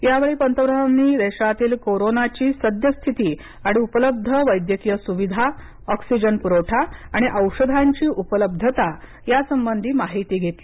यावेळी पंतप्रधानांनी देशातील कोरोनाची सद्यस्थिती आणि उपलब्ध वैद्यकीय सुविधा ऑक्सिजन पुरवठा आणि औषधांची उपलब्धता यासंबंधी माहिती घेतली